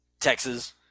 Texas